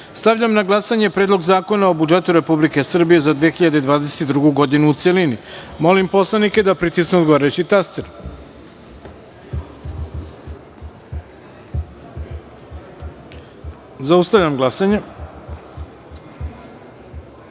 celini. Stavljam na glasanje Predlog zakona o budžetu Republike Srbije za 2022. godinu, u celini. Molim narodne poslanike da pritisnu odgovarajući taster. Zaustavljam glasanje: